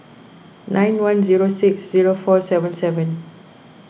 nine one zero six zero four seven seven